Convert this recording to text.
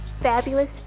Fabulous